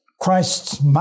Christ's